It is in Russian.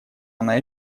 она